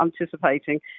anticipating